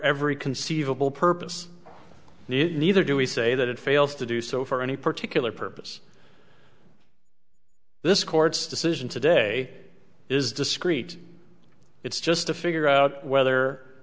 every conceivable purpose neither do we say that it fails to do so for any particular purpose this court's decision today is discrete it's just a figure out whether